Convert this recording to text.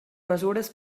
mesures